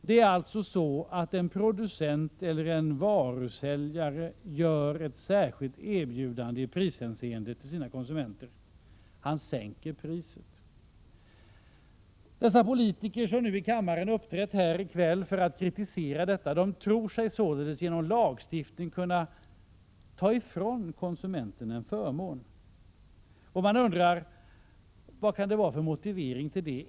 Det handlar här om att en producent eller en varuförsäljare gör ett i prishänseende särskilt erbjudande till sina konsumenter: han sänker priset. De politiker som framträtt i kammaren i kväll för att kritisera detta tror sig således om att genom lagstiftning kunna ta ifrån konsumenten en förmån. Man undrar: Vad kan det vara för motivering till det?